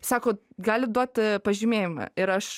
sako galit duot pažymėjimą ir aš